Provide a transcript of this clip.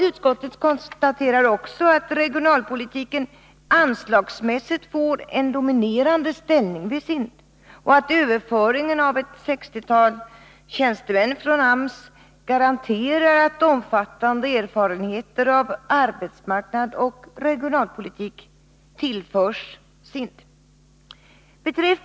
Utskottet konstaterar också att regionalpolitiken anslagsmässigt får en dominerande ställning vid SIND och att överföringen av ett sextiotal tjänstemän från AMS garanterar att omfattande erfarenheter av arbetsmarknadsoch regionalpolitik tillförs SIND.